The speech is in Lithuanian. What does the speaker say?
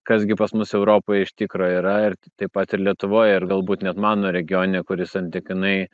kas gi pas mus europoj iš tikro yra ir taip pat ir lietuvoj ir galbūt net mano regione kuris santykinai